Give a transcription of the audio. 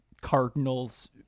Cardinals